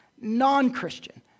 non-Christian